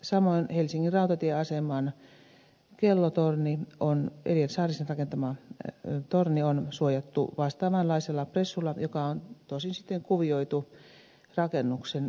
samoin helsingin rautatieaseman kellotorni eliel saarisen rakentama torni on suojattu vastaavanlaisella pressulla joka on tosin sitten kuvioitu rakennuksen kaltaiseksi